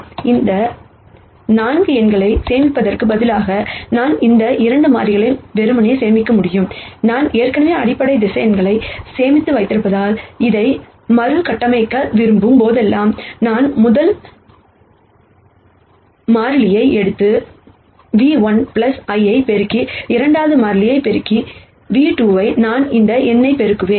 எனவே இந்த 4 எண்களை சேமிப்பதற்கு பதிலாக நான் இந்த 2 மாறிலிகளை வெறுமனே சேமிக்க முடியும் நான் ஏற்கனவே அடிப்படை வெக்டர்ஸ் சேமித்து வைத்திருப்பதால் இதை மறுகட்டமைக்க விரும்பும் போதெல்லாம் நான் முதல் மாறிலியை எடுத்து v1 ஐ பெருக்கி இரண்டாவது மாறிலி பெருக்கி v2 நான் இந்த எண்ணைப் பெறுவேன்